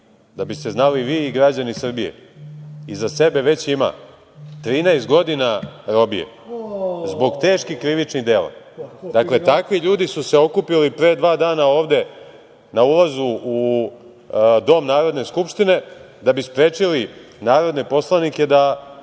da biste znali vi i građani Srbije iza sebe već ima 13 godina robije zbog teških krivičnih dela. Dakle, takvi ljudi su se okupili pre dva dana ovde na ulazu u Dom Narodna skupštine da bi sprečili narodne poslanike da